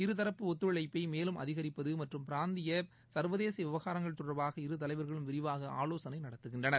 இருதூப்பு ஒத்துழைப்பை மேலும் அதிகரிப்பது மற்றும் பிராந்திய சர்வதேச விவகாரங்கள் தொடர்பாக இரு தலைவர்களும் விரிவாக ஆவோசனை நடத்துகின்றனர்